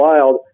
Wild